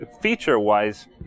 feature-wise